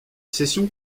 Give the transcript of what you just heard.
sessions